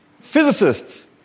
Physicists